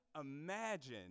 imagine